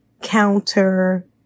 counter